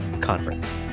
conference